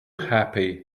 happy